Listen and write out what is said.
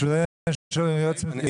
בשביל זה יש לנו יועצת משפטית,